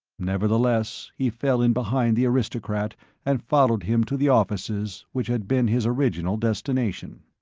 nevertheless, he fell in behind the aristocrat and followed him to the offices which had been his original destination.